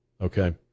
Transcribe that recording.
Okay